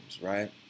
right